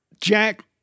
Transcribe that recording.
Jack